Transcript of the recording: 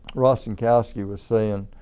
rostenkowski was saying